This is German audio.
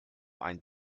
ein